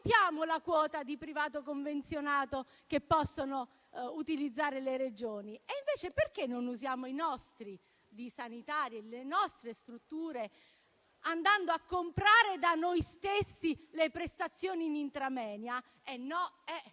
la quota di privato convenzionato che possono utilizzare le Regioni. Perché invece non usiamo i nostri sanitari e le nostre strutture andando a comprare da noi stessi le prestazioni in *intramoenia*?